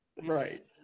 Right